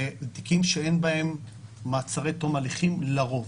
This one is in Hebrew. והם תיקים שאין בהם מעצרי תום הליכים לרוב.